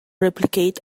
replicate